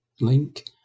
link